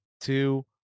two